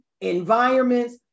environments